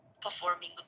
performing